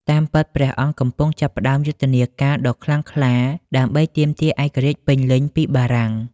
តាមពិត ព្រះអង្គកំពុងចាប់ផ្ដើមយុទ្ធនាការដ៏ខ្លាំងក្លាដើម្បីទាមទារឯករាជ្យពេញលេញពីបារាំង។